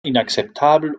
inakzeptabel